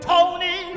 Tony